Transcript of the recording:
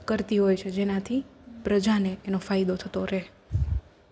કરતી હોય છે જેનાથી પ્રજાને એનો ફાયદો થતો રે